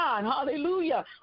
Hallelujah